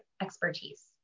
expertise